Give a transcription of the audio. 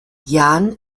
jan